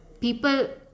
people